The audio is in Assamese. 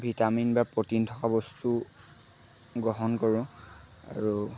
ভিটামিন বা প্ৰ'টিন থকা বস্তু গ্ৰহণ কৰোঁ আৰু